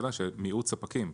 של מיעוט ספקים.